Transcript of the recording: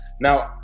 Now